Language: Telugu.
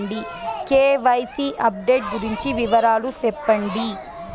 కె.వై.సి అప్డేట్ గురించి వివరాలు సెప్పండి?